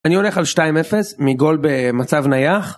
אני הולך על 2-0, מגול במצב נייח.